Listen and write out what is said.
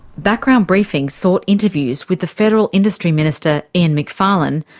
background briefing sought interviews with the federal industry minister ian macfarlane,